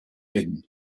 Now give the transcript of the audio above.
hidden